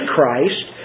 Christ